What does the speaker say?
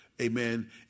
Amen